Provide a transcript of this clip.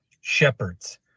shepherds